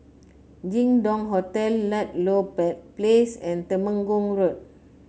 Jin Dong Hotel Ludlow Place and Temenggong Road